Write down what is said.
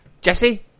Jesse